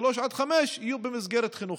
שלוש עד חמש, יהיו במסגרת חינוכית.